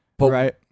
Right